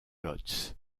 łódź